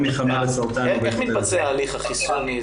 איך מתבצע ההליך החיסוני?